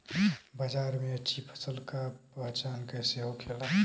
बाजार में अच्छी फसल का पहचान कैसे होखेला?